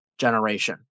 Generation